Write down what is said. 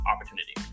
opportunity